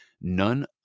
none